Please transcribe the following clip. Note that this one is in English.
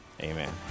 Amen